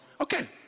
okay